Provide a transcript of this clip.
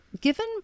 given